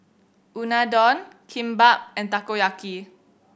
Unadon Kimbap and Takoyaki